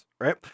Right